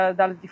dal